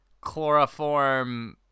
chloroform